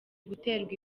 guterwa